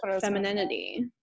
femininity